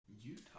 Utah